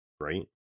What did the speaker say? right